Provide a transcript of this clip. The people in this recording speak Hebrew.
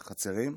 בחצרים.